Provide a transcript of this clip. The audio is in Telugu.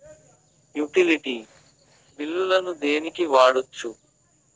యుటిలిటీ బిల్లులను దేనికి వాడొచ్చు?